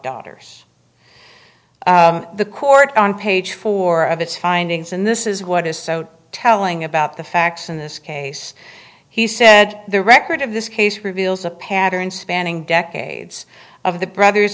daughters the court on page four of its findings and this is what is so telling about the facts in this case he said the record of this case reveals a pattern spanning decades of the brothers